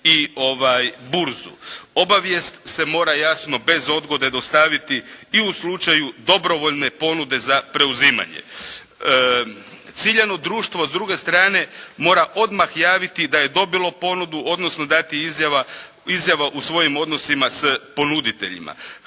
i burzu. Obavijest se mora jasno bez odgode dostaviti i u slučaju dobrovoljne ponude za preuzimanje. Ciljano društvo s druge strane mora odmah javiti da je dobilo ponudu odnosno dati izjava u svojim odnosima s ponuditeljima.